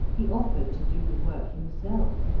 he offered to do the work himself,